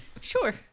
Sure